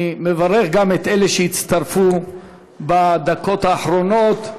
אני מברך גם את אלה שהצטרפו בדקות האחרונות.